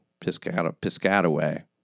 Piscataway